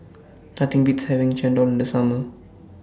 Nothing Beats having Chendol in The Summer